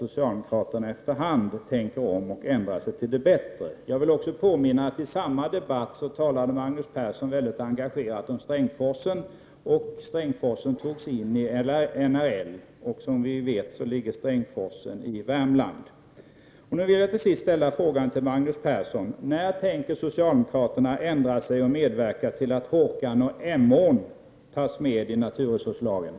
Socialdemokraterna kanske i efterhand börjar tänka om och ändrar sig till det bättre. Jag vill också påminna om att i samma debatt, den 22 april 1987, talade Magnus Persson mycket engagerat om Strängsforsen. Strängsforsen togs in i NRL. Som vi vet ligger Strängsforsen i Värmland.